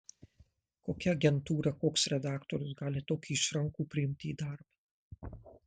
kokia agentūra koks redaktorius gali tokį išrankų priimti į darbą